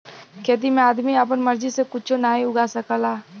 खेती में आदमी आपन मर्जी से कुच्छो नाहीं उगा सकला